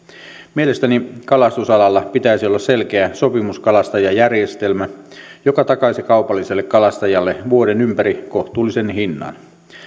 mielestäni kalastusalalla pitäisi olla selkeä sopimuskalastajajärjestelmä joka takaisi kaupalliselle kalastajalle vuoden ympäri kohtuullisen hinnan